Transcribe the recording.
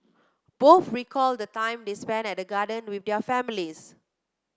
both recalled the times they spent at the gardens with their families